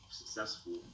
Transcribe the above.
successful